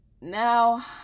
Now